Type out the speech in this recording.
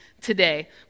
today